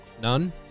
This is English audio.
None